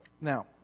Now